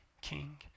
king